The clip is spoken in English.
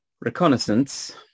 Reconnaissance